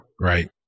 Right